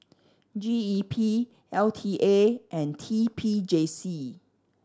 G E P L T A and T P J C